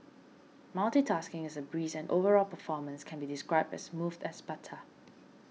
multitasking is a breeze and overall performance can be described as smooth as butter